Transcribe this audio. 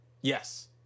Yes